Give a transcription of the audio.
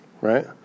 right